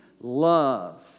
love